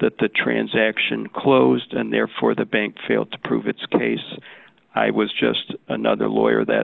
that the transaction closed and therefore the bank failed to prove its case i was just another lawyer that